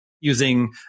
using